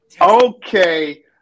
okay